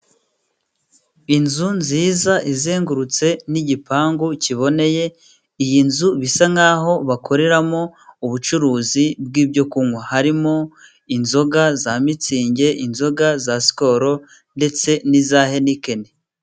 Inzu nziza izengurutse n'igipangu kiboneye. Iyi nzu bisa nkaho bakoreramo ubucuruzi bw'ibyo kunywa. harimo inzoga za mitsingi, inzoga za sikoro ndetse n'iza henikeni.